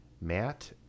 Matt